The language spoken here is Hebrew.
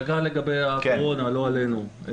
דקה לגבי הקורונה, לא עלינו.